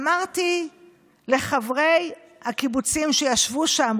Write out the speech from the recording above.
אמרתי לחברי הקיבוצים שישבו שם,